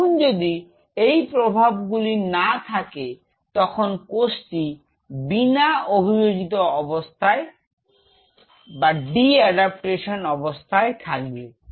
এখন যদি এই প্রভাব গুলি না থাকে তখন কোষটি বিনা অভিযোজিত অবস্থায় থাকবে